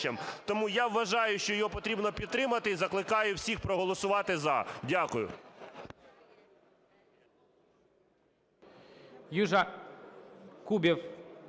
Тому я вважаю, що його треба підтримати, і закликаю всіх проголосувати "за". Дякую.